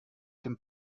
dem